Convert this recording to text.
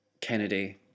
Kennedy